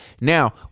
Now